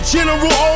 General